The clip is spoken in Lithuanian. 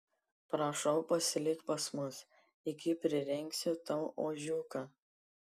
prašau pasilik pas mus iki prirengsiu tau ožiuką